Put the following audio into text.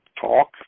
talk